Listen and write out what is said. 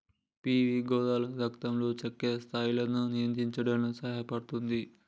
PV gourd రక్తంలో చక్కెర స్థాయిలను నియంత్రించడంలో సహాయపుతుంది